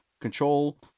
control